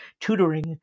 tutoring